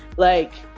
like,